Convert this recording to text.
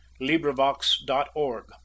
librivox.org